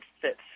fits